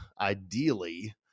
ideally